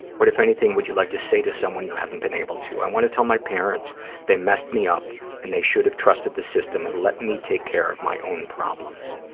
what, if anything, would you like to say to someone you haven't been able to? i want to tell my parents they messed me up and they should have trusted the system and let me take care of my own problems.